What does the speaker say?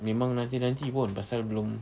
memang nanti nanti pun pasal belum